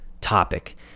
topic